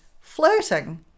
flirting